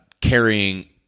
carrying